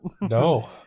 No